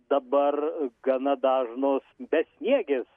dabar gana dažnos besniegės